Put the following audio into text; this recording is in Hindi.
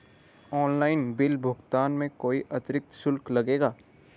ऑनलाइन बिल भुगतान में कोई अतिरिक्त शुल्क लगेगा?